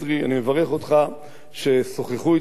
אני מברך אותך ששוחחו אתך.